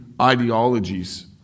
ideologies